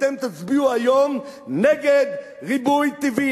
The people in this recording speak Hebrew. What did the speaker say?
אתם תצביעו היום נגד ריבוי טבעי,